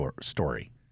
story